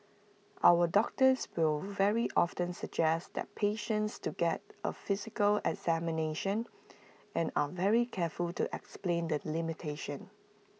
our doctors will very often suggest that patients to get A physical examination and are very careful to explain the limitations